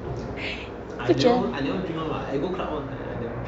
不觉得